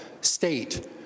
state